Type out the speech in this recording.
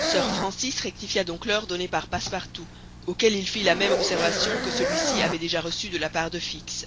sir francis rectifia donc l'heure donnée par passepartout auquel il fit la même observation que celui-ci avait déjà reçue de la part de fix